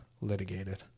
litigated